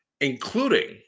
including